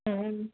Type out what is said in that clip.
ആ ആ